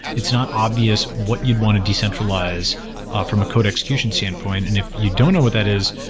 it's not obvious what you'd want to decentralize ah from a code execution standpoint and if you don't know what that is,